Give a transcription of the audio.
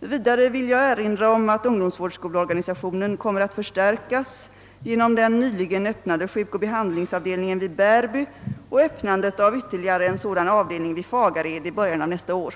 Vidare vill jag erinra om att ungdomsvårdsskoleorganisationen kommer att förstärkas genom den nyligen öppnade sjukoch behandlingsavdelningen vid Bärby och öppnandet av ytterligare en sådan avdelning vid Fagared i början av nästa år.